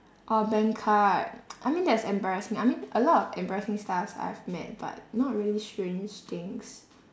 orh bank card I mean that's embarrassing I mean a lot of embarrassing stuffs I have met but not really strange things